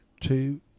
two